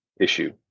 issue